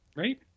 Right